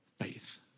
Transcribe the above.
faith